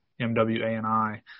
M-W-A-N-I